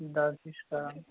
دَگ تہِ چھِ کَران